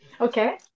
okay